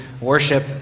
worship